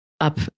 up